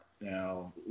Now